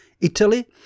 Italy